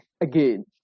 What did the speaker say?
again